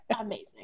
Amazing